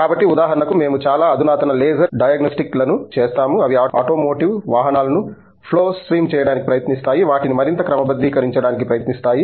కాబట్టి ఉదాహరణకు మేము చాలా అధునాతన లేజర్ డయాగ్నస్టిక్లను చేస్తాము అవి ఆటోమోటివ్ వాహనాలను ఫ్లో స్ట్రీమ్ చేయడానికి ప్రయత్నిస్తాయి వాటిని మరింత క్రమబద్ధీకరించడానికి ప్రయత్నిస్తాయి